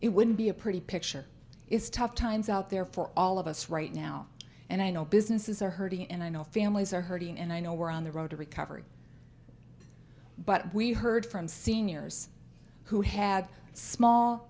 it would be a pretty picture is tough times out there for all of us right now and i know businesses are hurting and i know families are hurting and i know we're on the road to recovery but we heard from seniors who had small